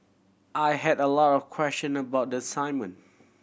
I had a lot of question about the assignment